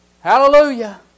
Hallelujah